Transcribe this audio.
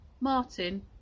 Martin